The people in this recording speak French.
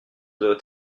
doit